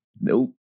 nope